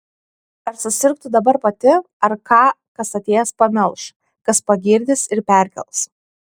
ar susirgtų dabar pati ar ką kas atėjęs pamelš kas pagirdys ir perkels